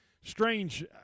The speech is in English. Strange